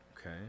okay